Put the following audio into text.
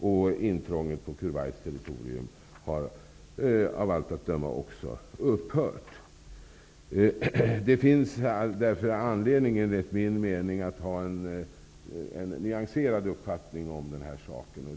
Och intrången på Kuwaits territorium har av allt att döma också upphört. Det finns därför enligt min mening anledning att ha en nyanserad uppfattning om den här saken.